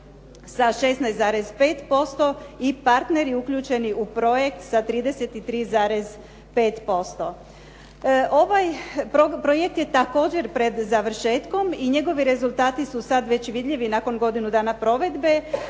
sa 16,5% i partneri uključeni u projekt sa 33,5%. Ovaj projekt je također pred završetkom i njegovi rezultati su sad već vidljivi nakon godinu dana provedbe,